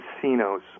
casinos